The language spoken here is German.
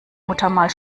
muttermal